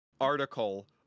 article